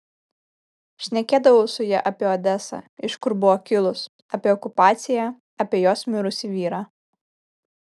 šnekėdavau su ja apie odesą iš kur buvo kilus apie okupaciją apie jos mirusį vyrą